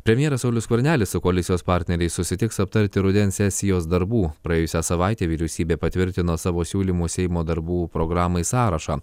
premjeras saulius skvernelis su koalicijos partneriais susitiks aptarti rudens sesijos darbų praėjusią savaitę vyriausybė patvirtino savo siūlymus seimo darbų programai sąrašą